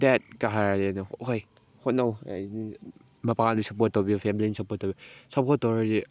ꯗꯦꯠꯀ ꯍꯥꯏꯔꯗꯤ ꯑꯗꯨꯝ ꯑꯩꯈꯣꯏ ꯍꯣꯠꯅꯧ ꯃꯄꯥꯅ ꯁꯞꯄꯣꯔꯠ ꯇꯧꯕꯤ ꯐꯦꯃꯂꯤꯅ ꯁꯞꯄꯣꯔꯠ ꯇꯧꯕꯤ ꯁꯞꯄꯣꯔꯠ ꯇꯧꯔꯗꯤ